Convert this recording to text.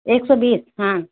एक सौ बीस हाँ